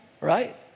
right